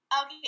Okay